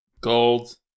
Gold